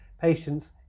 patients